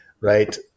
right